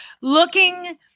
looking